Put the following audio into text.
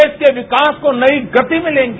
देश के विकास को नई गति मिलेगी